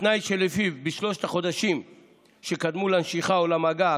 התנאי שלפיו בשלושת החודשים שקדמו לנשיכה או למגע,